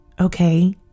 okay